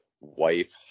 wife